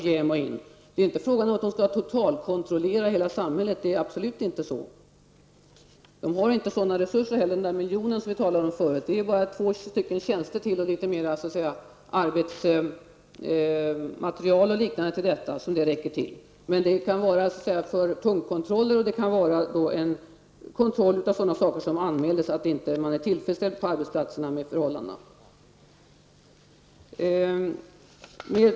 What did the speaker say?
Det är absolut inte fråga om att totalkontrollera hela samhället. JämO har inte sådana resurser. Den där miljonen räcker endast till två ytterligare tjänster och litet arbetsmaterial. Men det kan gälla punktkontroller och en kontroll i fall där man anmält att man inte är tillfredsställd med förhållandena på arbetsplatserna.